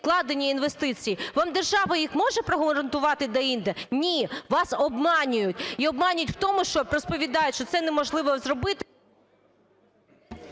вкладення, інвестиції? Вам держава їх може прогарантувати деінде? Ні. Вас обманюють. І обманюють в тому, що, розповідають, що це неможливо зробити…